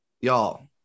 y'all